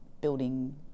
building